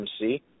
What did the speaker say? MC